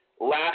last